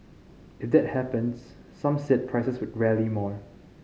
if that happens some said prices could rally more